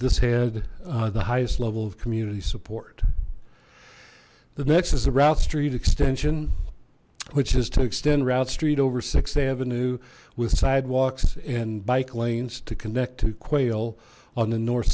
this had the highest level of community support the next is the route street extension which is to extend route street over sixth avenue with sidewalks and bike lanes to connect to quail on the north